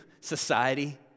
society